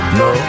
no